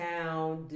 town